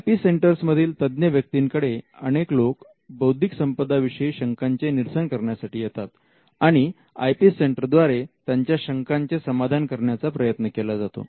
I P centres मधील तज्ञ व्यक्तींकडे अनेक लोक बौद्धिक संपदा विषयी शंकांचे निरसन करण्यासाठी येतात आणि आय पी सेंटरद्वारे त्यांच्या शंकांचे समाधान करण्याचा प्रयत्न केला जातो